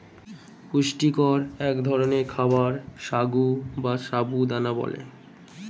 পুষ্টিকর এক ধরনের খাবার সাগু বা সাবু দানা বলে